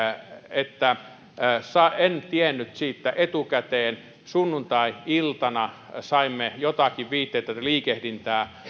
että en tiennyt siitä etukäteen sunnuntai iltana saimme joitakin viitteitä että liikehdintää